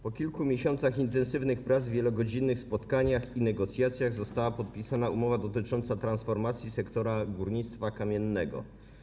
Po kilku miesiącach intensywnych prac, wielogodzinnych spotkaniach i negocjacjach została podpisana umowa dotycząca transformacji sektora górnictwa kamiennego.